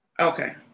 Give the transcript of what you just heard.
Okay